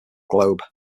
globe